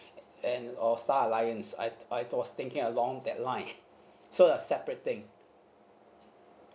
and or star alliance I I was thinking along that line so a separate thing